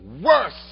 Worse